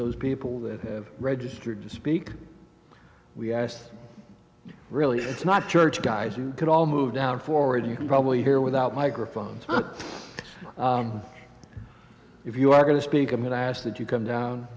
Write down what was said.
those people that have registered to speak we asked really it's not church guys you can all move down forward you can probably hear without microphones if you are going to speak and then ask that you come down